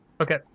Okay